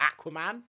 Aquaman